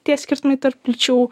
tie skirtumai tarp lyčių